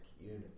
unity